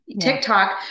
TikTok